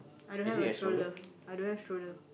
I don't have a stroller don't have stroller